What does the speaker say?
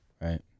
Right